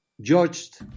judged